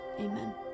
Amen